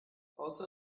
außer